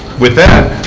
with that,